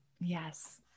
Yes